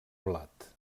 blat